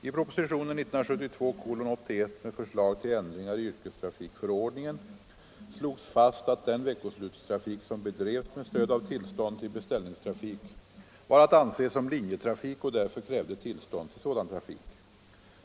I propositionen 1972:81 med förslag till ändringar i yrkestrafikförordningen slogs fast att den veckoslutstrafik som bedrevs med stöd av tillstånd till beställningstrafik var att anse som linjetrafik och därför krävde tillstånd till sådan trafik.